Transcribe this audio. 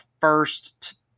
first